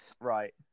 Right